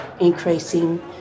increasing